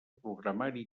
programari